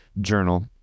journal